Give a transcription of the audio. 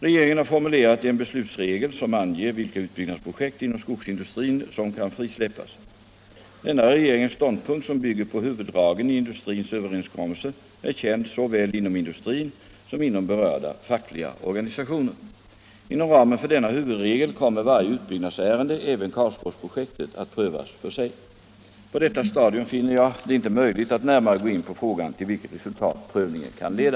Regeringen har formulerat en beslutsregel som anger vilka utbyggnadsprojekt inom skogsindustrin som kan frisläppas. Denna regeringens ståndpunkt, som bygger på huvuddragen i industrins överenskommelse, är känd såväl inom industrin som inom berörda fackliga organisationer. Inom ramen för denna huvudregel kommer varje utbyggnadsärende — även Karlsborgsprojektet — att prövas för sig. På detta stadium finner jag det inte möjligt att närmare gå in på frågan till vilket resultat prövningen kan leda.